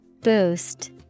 Boost